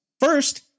First